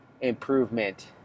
improvement